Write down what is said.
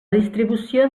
distribució